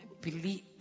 believe